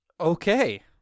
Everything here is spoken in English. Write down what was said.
Okay